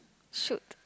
shoot